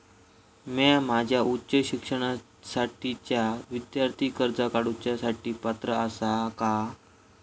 म्या माझ्या उच्च शिक्षणासाठीच्या विद्यार्थी कर्जा काडुच्या साठी पात्र आसा का?